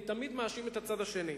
אני תמיד מאשים את הצד השני.